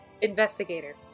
Investigator